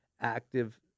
active